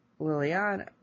Liliana